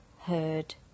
heard